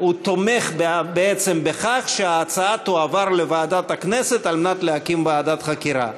תומך בכך שההצעה תועבר לוועדת הכנסת על מנת להקים ועדת חקירה,